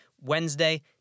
Wednesday